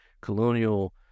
colonial